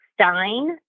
stein